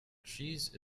cheese